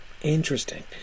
Interesting